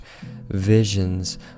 visions